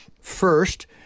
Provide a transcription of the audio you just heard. first